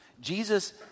Jesus